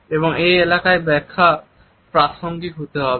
এবং এই এলাকায় ব্যাখ্যা প্রাসঙ্গিক হতে হবে